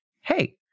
hey